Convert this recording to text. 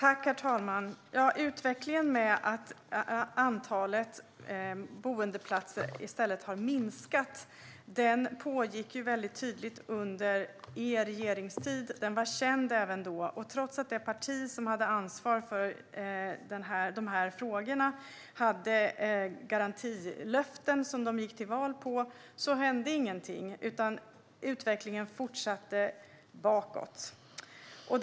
Herr talman! Utvecklingen att antalet boendeplatser har minskat i stället för att öka pågick tydligt under Alliansens regeringstid. Den var känd även då, och trots att det parti som hade ansvar för dessa frågor ställde garantilöften som man gick till val på hände ingenting. Utvecklingen fortsatte att gå bakåt.